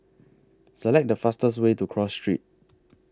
Select The fastest Way to Cross Street